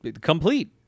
complete